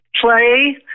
play